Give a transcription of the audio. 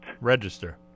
Register